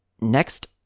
Next